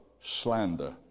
slander